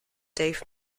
dave